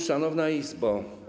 Szanowna Izbo!